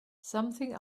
something